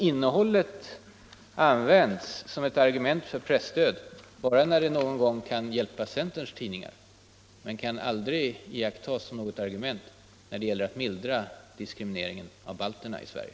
”Innehållet” används alltså som argument för presstöd bara när det någon gång kan hjälpa centerns tidningar, men det kan tydligen aldrig ses som något argument när det gäller att mildra diskrimineringen av balterna i Sverige.